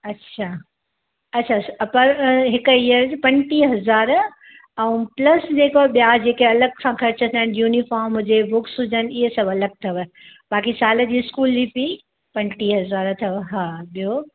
अच्छा अच्छा अच्छा पर हिक यीअर जी पंजुटीह हज़ार ऐं प्लस जेको ॿिया जेके अलॻि सां ख़र्च थियन यूनिफ़ार्म हुजे बुक्स हुजनि इहे सभु अलॻि अथव बाक़ी साल जी स्कूल जी फ़ी पंजुटीह हज़ार अथव हा ॿियो